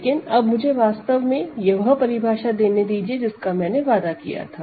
लेकिन अब मुझे वास्तव में वह परिभाषा देने दीजिए जिसका मैंने वादा किया था